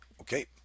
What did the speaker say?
Okay